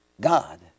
God